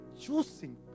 choosing